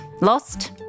Lost